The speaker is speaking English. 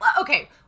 Okay